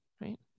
right